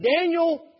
Daniel